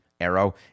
arrow